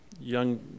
young